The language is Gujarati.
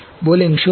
બોલિંગ શું છે